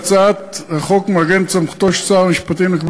הצעת החוק מעגנת את סמכותו של שר המשפטים לקבוע